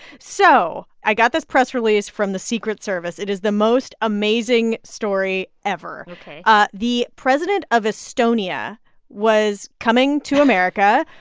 so i got this press release from the secret service. it is the most amazing story ever ok ah the president of estonia was coming to america.